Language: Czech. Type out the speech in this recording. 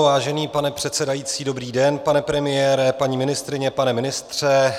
Vážený pane předsedající, dobrý den, pane premiére, paní ministryně, pane ministře.